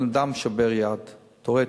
תיאורטית,